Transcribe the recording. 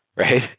right?